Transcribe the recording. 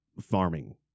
farming